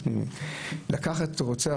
שהוא לקח את הרוצח?